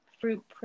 fruit